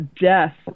death